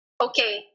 okay